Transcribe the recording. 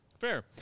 Fair